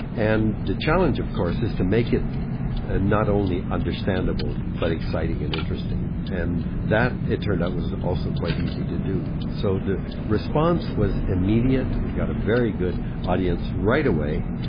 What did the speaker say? and the challenge of course is to make it and not only understandable but exciting and interesting, and that, it turned out, was also quite easy to do. so the response was immediate, we got a very good audience right away,